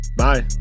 bye